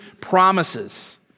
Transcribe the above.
promises